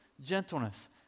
gentleness